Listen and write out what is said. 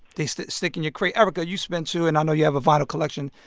they stick stick in your crate. erykah, you spin, too. and i know you have a vinyl collection.